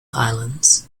islands